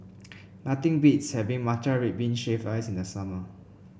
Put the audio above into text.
nothing beats having Matcha Red Bean Shaved Ice in the summer